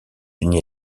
unis